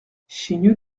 chaigneux